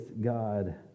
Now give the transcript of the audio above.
God